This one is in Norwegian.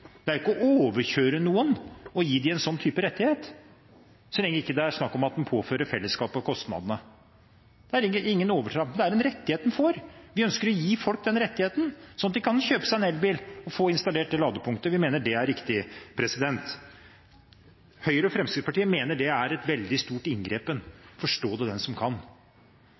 det er en rettighet man får. Vi ønsker å gi folk den rettigheten, slik at de kan kjøpe seg elbil og få installert det ladepunktet. Vi mener det er riktig. Høyre og Fremskrittspartiet mener det er et veldig stort inngrep. Forstå det den som kan.